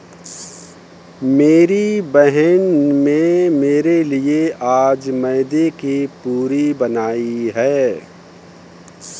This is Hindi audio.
मेरी बहन में मेरे लिए आज मैदे की पूरी बनाई है